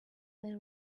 they